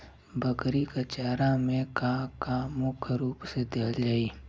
बकरी क चारा में का का मुख्य रूप से देहल जाई?